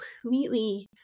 completely